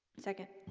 second